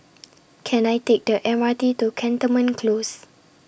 Can I Take The M R T to Cantonment Close